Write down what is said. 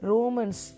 Romans